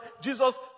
Jesus